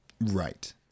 Right